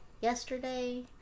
yesterday